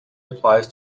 applies